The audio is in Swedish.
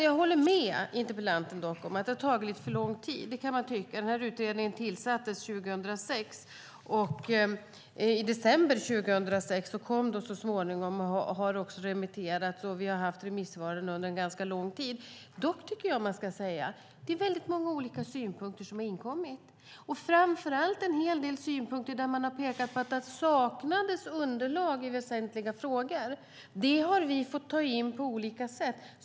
Jag håller dock med om interpellanten om att det har tagit lite för lång tid. Det kan man tycka. Utredningen tillsattes 2006. Det hela remitterades så småningom i december 2006, och vi har haft remissvaren under ganska lång tid. Dock tycker jag att man ska säga att det är många olika synpunkter som har inkommit. Framför allt finns det en hel del synpunkter där man pekar på att det saknas underlag i väsentliga frågor. Det har vi fått ta in på olika sätt.